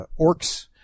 orcs